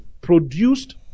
produced